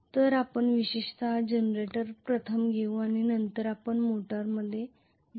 तर आपण विशेषत जनरेटर प्रथम घेऊ आणि नंतर आपण मोटरमध्ये जाऊ